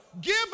give